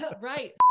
Right